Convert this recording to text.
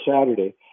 Saturday